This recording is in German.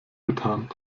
getan